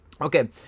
Okay